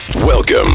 Welcome